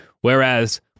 Whereas